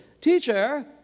Teacher